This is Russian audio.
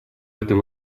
этом